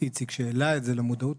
איציק שהעלה את זה למודעות,